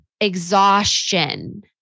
exhaustion